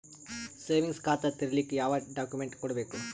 Savings ಖಾತಾ ತೇರಿಲಿಕ ಯಾವ ಡಾಕ್ಯುಮೆಂಟ್ ಕೊಡಬೇಕು?